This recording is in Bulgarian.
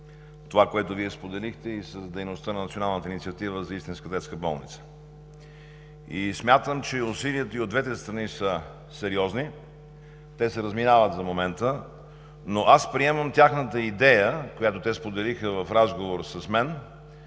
това, което Вие споделихте, и с дейността на Националната инициатива за истинска детска болница. Смятам, че усилията и от двете страни са сериозни. Те се разминават за момента, но аз приемам тяхната идея, която те споделиха в разговор с мен,